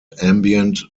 ambient